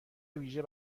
ویژه